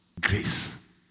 grace